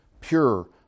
pure